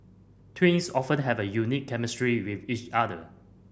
twins often have a unique chemistry with each other